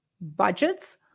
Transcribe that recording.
budgets